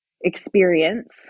experience